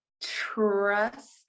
trust